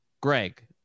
Greg